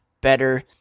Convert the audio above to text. better